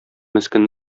мескен